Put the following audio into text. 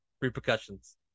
repercussions